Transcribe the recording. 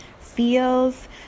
feels